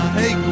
hey